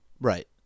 Right